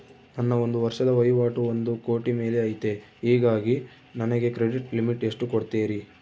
ನನ್ನ ಒಂದು ವರ್ಷದ ವಹಿವಾಟು ಒಂದು ಕೋಟಿ ಮೇಲೆ ಐತೆ ಹೇಗಾಗಿ ನನಗೆ ಕ್ರೆಡಿಟ್ ಲಿಮಿಟ್ ಎಷ್ಟು ಕೊಡ್ತೇರಿ?